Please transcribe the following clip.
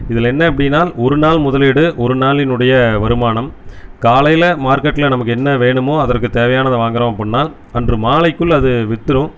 இதில் என்ன அப்படினால் ஒரு நாள் முதலீடு ஒரு நாளினுடைய வருமானம் காலையில் மார்க்கெட்டில் நமக்கு என்ன வேணுமோ அதற்குத் தேவையானத வாங்கிறோம் அப்படினால் அன்று மாலைக்குள் அது விற்றுரும்